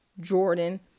Jordan